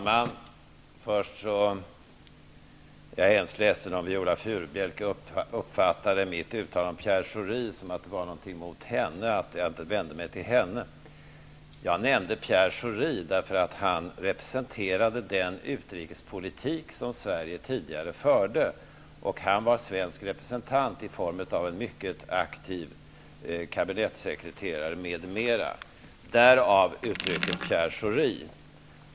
Fru talman! Jag är mycket ledsen om Viola Furubjelke uppfattade mitt uttalande om Pierre Schori som en förolämpning mot henne genom att jag inte vände mig till henne. Jag nämnde Pierre Schori därför att han representerade den utrikespolitik som Sverige tidigare förde. Han var svensk representant i form av en mycket aktiv kabinettssekreterare m.m. Därav kom uttalandet om Pierre Schori.